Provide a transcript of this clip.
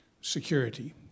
security